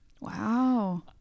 Wow